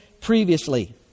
previously